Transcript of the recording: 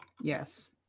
Yes